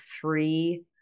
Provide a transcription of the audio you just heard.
three